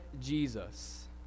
Jesus